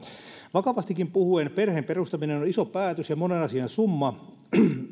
vakavastikin puhuen perheen perustaminen on iso päätös ja monen asian summa